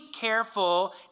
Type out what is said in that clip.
careful